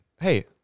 Hey